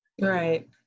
Right